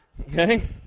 okay